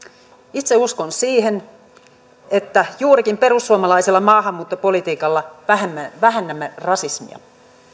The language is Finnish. itse uskon siihen että juurikin perussuomalaisella maahanmuuttopolitiikalla vähennämme rasismia